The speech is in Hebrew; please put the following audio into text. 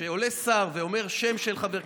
כשעולה שר ואומר שם של חבר כנסת,